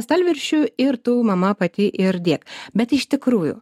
stalviršių ir tu mama pati ir dėk bet iš tikrųjų